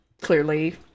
clearly